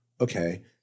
okay